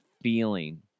feeling